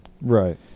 Right